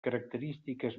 característiques